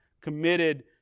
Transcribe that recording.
committed